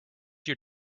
your